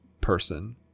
person